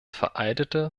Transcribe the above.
veraltete